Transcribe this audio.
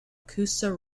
coosa